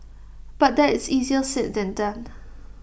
but that is easier said than done